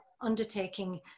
undertaking